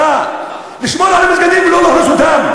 לשמור על המסגדים ולא להרוס אותם.